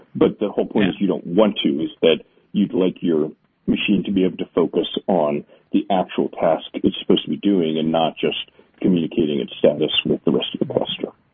but the whole point is you don't want to, is that you'd like your machine to be up to focus on the actual task it's supposed to be doing and not just communicating its status with the rest bolster.